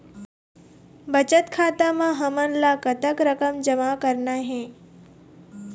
बचत खाता म हमन ला कतक रकम जमा करना हे?